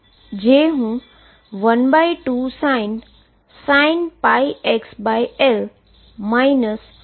જે sin πxL 121 cos 2πxL જેવું જ છે